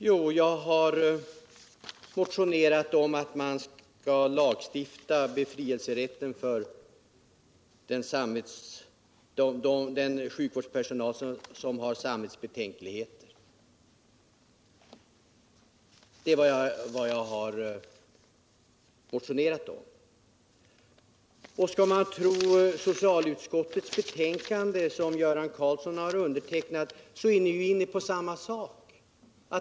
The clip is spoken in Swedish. Jag har motionerat om att man skall lagstifta om befrielserätten för den sjukvårdspersonal som har samvetsbetänkligheter. Skall man tro socialutskottets betänkande, som Göran Karlsson har undertecknat, så är ni ju inne på samma sak.